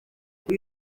kuri